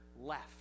left